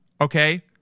okay